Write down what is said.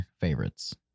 favorites